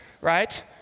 right